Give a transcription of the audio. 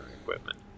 equipment